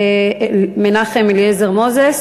מנחם אליעזר מוזס.